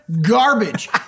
garbage